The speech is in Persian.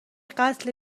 قتل